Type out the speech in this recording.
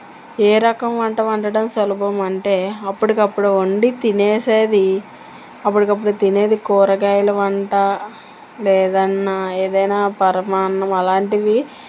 ఏ రకం వంట వండడం సులభం అంటే అప్పుటికి అప్పుడు వండి తినేసేది అప్పటికప్పుడు తినేది కూరగాయలు వంట లేదన్నా ఏదైనా పరమాన్నం అలాంటివి